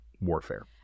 warfare